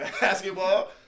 basketball